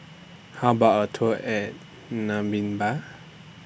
How about A Tour At Namibia